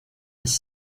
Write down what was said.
has